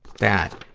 that